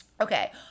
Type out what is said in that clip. Okay